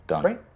Great